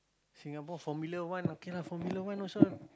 Singapore Formula-One lah okay Formula-One also